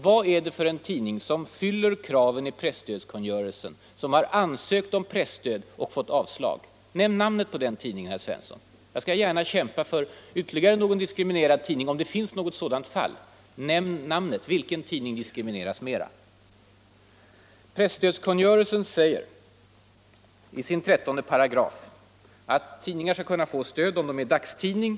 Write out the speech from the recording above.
Vad är det för tidning som fyller kraven i presstödskungörelsen, som har ansökt om presstöd men fått avslag? Nämn namnet på den, herr Svensson! Jag skall gärna kämpa för andra diskriminerade tidningar, om det finns något sådant fall. I 13 § presstödskungörelsen sägs det att tidningar skall kunna få stöd om de är dagstidningar.